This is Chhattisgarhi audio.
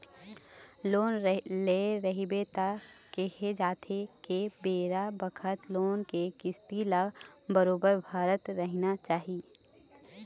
लोन ले रहिबे त केहे जाथे के बेरा बखत लोन के किस्ती ल बरोबर भरत रहिना चाही